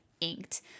inked